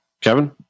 Kevin